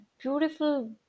beautiful